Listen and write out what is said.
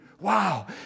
Wow